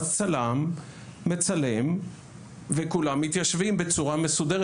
אז צלם מצלם וכולם מתיישבים בצורה מסודרת,